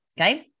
Okay